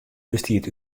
bestiet